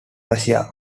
russia